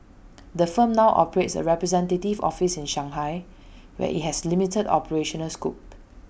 the firm now operates A representative office in Shanghai where IT has limited operational scope